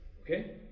okay